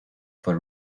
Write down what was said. for